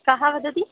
कः वदति